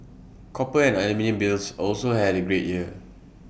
copper and aluminium bills also had A great year